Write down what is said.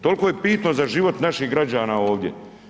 Toliko je bitno za život naših građana ovdje.